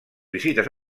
visites